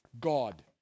God